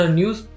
news